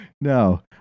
no